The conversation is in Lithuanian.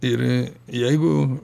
ir jeigu